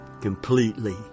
completely